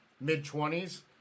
mid-twenties